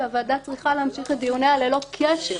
והוועדה צריכה להמשיך את דיוניה ללא קשר,